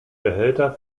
behälter